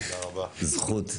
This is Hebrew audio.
זכות.